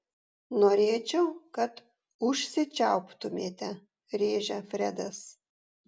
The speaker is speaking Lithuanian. norėčiau kad užsičiauptumėte rėžia fredas